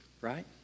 Right